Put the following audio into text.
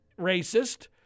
racist